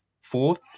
fourth